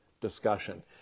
discussion